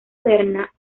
berna